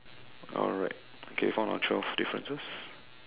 alright okay found our twelve differences